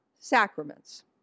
sacraments